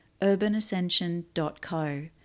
urbanascension.co